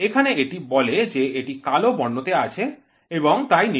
এখানে এটি বলে যে এটি কালো বর্ণ তে আছে এবং তাই নিরাপদ